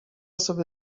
sobie